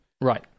Right